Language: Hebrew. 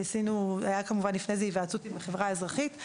היתה כמובן לפני כן היוועצות עם החברה האזרחית.